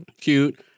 Cute